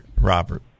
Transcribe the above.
Robert